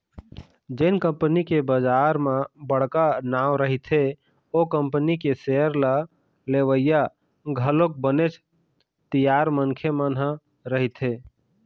जेन कंपनी के बजार म बड़का नांव रहिथे ओ कंपनी के सेयर ल लेवइया घलोक बनेच तियार मनखे मन ह रहिथे